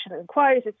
inquiries